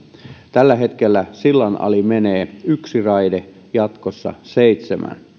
tällä hetkellä sillan ali menee yksi raide jatkossa seitsemän syynä tähän